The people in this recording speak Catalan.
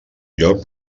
lloc